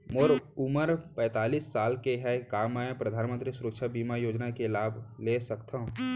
मोर उमर पैंतालीस साल हे का मैं परधानमंतरी सुरक्षा बीमा योजना के लाभ ले सकथव?